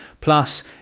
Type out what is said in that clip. Plus